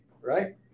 Right